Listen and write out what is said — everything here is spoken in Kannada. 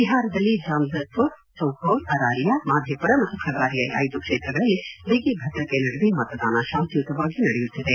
ಬಿಹಾರದಲ್ಲಿ ಝಾಂಝರ್ ಪುರ್ ಸುಪೌಲ್ ಅರಾರಿಯಾ ಮಾಧೇಪುರ ಮತ್ತು ಖಗಾರಿಯಾ ಈ ಐದು ಕ್ಷೇತ್ರಗಳಲ್ಲಿ ಬಿಗಿ ಭದ್ರತೆಯ ನಡುವೆ ಮತದಾನ ಶಾಂತಿಯುತವಾಗಿ ನಡೆಯುತ್ತಿದೆ